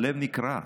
הלב נקרע,